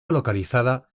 localizada